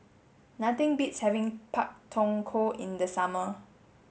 nothing beats having Pak Thong Ko in the summer